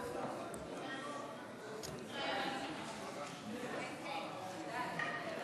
חוק הגנת הצרכן